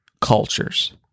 cultures